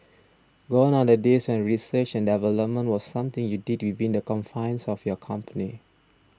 gone are the days when research and development was something you did within the confines of your company